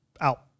out